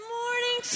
morning